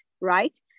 right